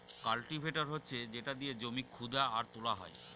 cultivator হচ্ছে যেটা দিয়ে জমি খুদা আর তোলা হয়